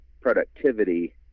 productivity